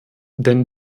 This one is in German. denn